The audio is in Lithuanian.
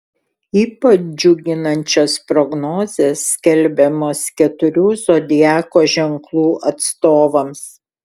ypač džiuginančios prognozės skelbiamos keturių zodiako ženklų atstovams